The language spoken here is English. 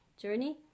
Journey